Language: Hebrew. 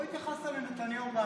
לא התייחסת לנתניהו באנגלית.